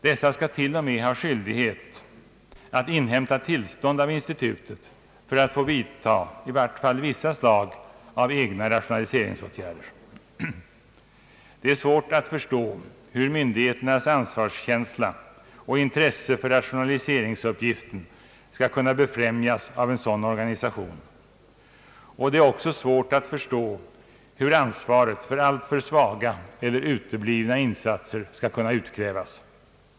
Dessa skall t.o.m. ha skyldighet att inhämta tillstånd av institutet för att få vidta i vart fall vissa slag av egna rationaliseringsåtgärder. Det är svårt att förstå hur myndigheternas ansvarskänsla och intresse för rationaliseringsuppgiften skall kunna befrämjas av en sådan organisation, och det är också svårt att förstå hur ansvaret för alltför svaga eller uteblivna insatser skall kunna fastställas och utkrävas.